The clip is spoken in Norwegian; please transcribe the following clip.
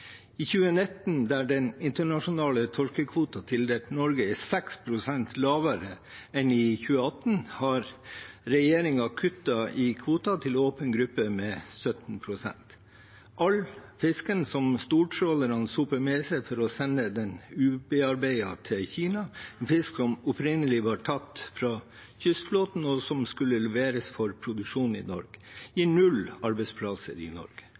I 2019, der den internasjonale torskekvoten tildelt Norge er 6 pst. lavere enn i 2018, har regjeringen kuttet i kvoten til åpen gruppe med 17 pst. All fisken som stortrålerne soper med seg for å sende den ubearbeidet til Kina – fisk som opprinnelig var tatt fra kystflåten, og som skulle leveres for produksjon i Norge – gir null arbeidsplasser i Norge.